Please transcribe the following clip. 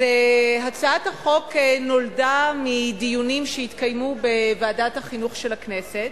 הצעת החוק נולדה מדיונים שהתקיימו בוועדת החינוך של הכנסת.